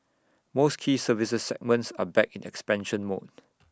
most key services segments are back in expansion mode